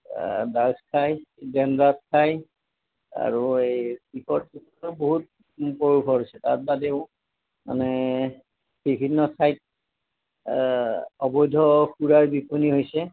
drugs খায় Dendrite খায় আৰু এই শিখৰ তিখৰ বহুত প্ৰয়োভৰ হৈছে তাৰ বাদেও মানে বিভিন্ন ঠাইত অবৈধ সুৰাৰ বিপনি হৈছে